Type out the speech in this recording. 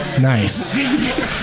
Nice